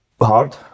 Hard